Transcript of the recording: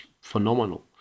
phenomenal